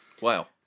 Wow